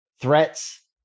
Threats